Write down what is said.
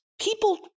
people